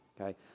okay